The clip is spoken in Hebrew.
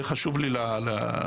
זה חשוב לי למסור.